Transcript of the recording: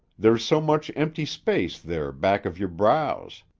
there's so much empty space there back of your brows.